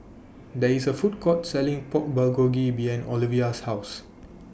There IS A Food Court Selling Pork Bulgogi behind Olivia's House